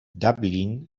dublin